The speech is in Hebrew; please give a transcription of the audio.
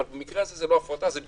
אבל במקרה הזה זה לא הפרטה זה ביזור,